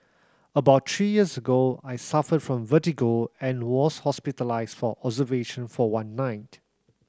about three years ago I suffered from vertigo and was hospitalised for observation for one night